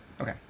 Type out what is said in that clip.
Okay